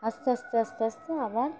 আস্তে আস্তে আস্তে আস্তে আবার